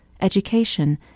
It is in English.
education